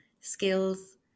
skills